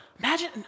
Imagine